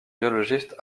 biologiste